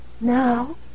now